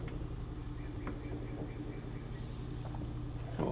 oh